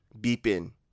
beeping